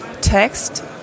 text